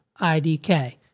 IDK